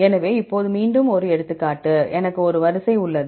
எனவே இப்போது மீண்டும் எடுத்துக்காட்டு எனக்கு ஒரு வரிசை உள்ளது